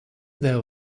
there